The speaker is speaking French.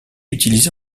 utilisé